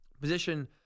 position